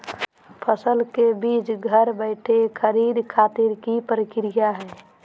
फसल के बीज घर बैठे खरीदे खातिर की प्रक्रिया हय?